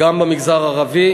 גם במגזר הערבי,